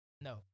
No